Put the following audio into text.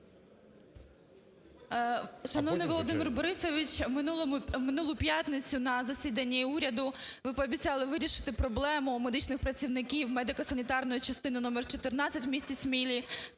Шановний Володимир Борисович! В минулу п'ятницю на засіданні уряду ви пообіцяли вирішити проблему медичних працівників, медико-санітарної частини номер 14, в місті Смілій